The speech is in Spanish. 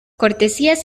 cortesías